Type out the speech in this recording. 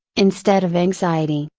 instead of anxiety.